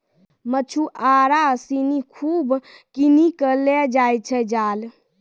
मछुआरा सिनि खूब किनी कॅ लै जाय छै जाल